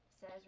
says